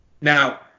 now